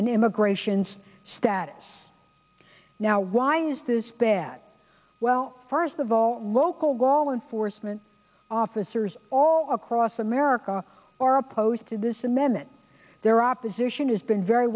and immigrations status now why is this bad well first of all local gallen foresman officers all across america are opposed to this amendment their opposition has been very